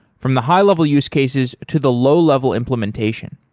from the high-level use cases to the low-level implementation.